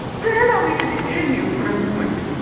pray allow me to detain you for a moment.